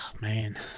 man